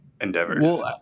endeavors